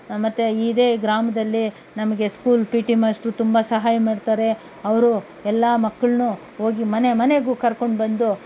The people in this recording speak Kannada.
ಮತ್ತು ಇದೇ ಗ್ರಾಮದಲ್ಲಿ ನಮಗೆ ಸ್ಕೂಲ್ ಪಿ ಟಿ ಮಾಸ್ಟ್ರು ತುಂಬ ಸಹಾಯ ಮಾಡ್ತಾರೆ ಅವರು ಎಲ್ಲ ಮಕ್ಕಳನ್ನೂ ಹೋಗಿ ಮನೆ ಮನೆಗೂ ಕರ್ಕೊಂಡು ಬಂದು